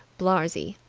blarzy.